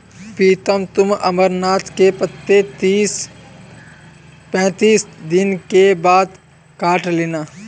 प्रीतम तुम अमरनाथ के पत्ते तीस पैंतीस दिन के बाद काट लेना